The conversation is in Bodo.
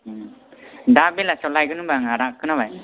दा बेलासियाव लायगोन होनबा आं आदा खोनाबाय